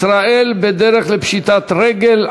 ישראל בדרך לפשיטת רגל,